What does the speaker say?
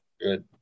Good